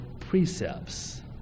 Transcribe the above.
precepts